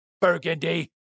Burgundy